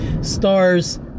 Stars